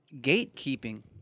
gatekeeping